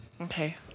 Okay